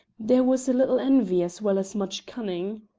there was a little envy as well as much cunning.